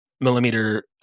millimeter